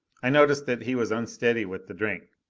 i noticed that he was unsteady with the drink.